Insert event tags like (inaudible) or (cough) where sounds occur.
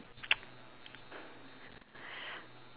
(noise)